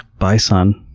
bye son.